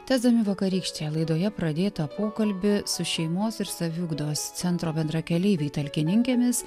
tęsdami vakarykštėje laidoje pradėtą pokalbį su šeimos ir saviugdos centro bendrakeleiviai talkininkėmis